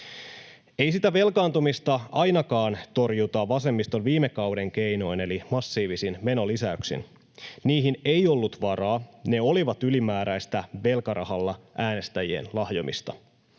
Ei sitä velkaantumista ainakaan torjuta vasemmiston viime kauden keinoin eli massiivisin menolisäyksin. Niihin ei ollut varaa, ne olivat ylimääräistä äänestäjien lahjomista